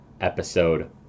episode